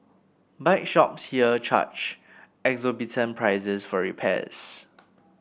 bike shops here charge exorbitant prices for repairs